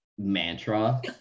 mantra